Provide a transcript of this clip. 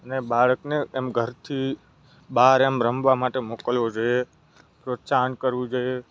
અને બાળકને એમ ઘરથી બહાર એમ રમવા માટે મોકલવો જોઈએ પ્રોત્સાહન કરવું જોઈએ